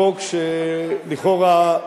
חוק מיותר לכאורה,